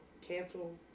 cancel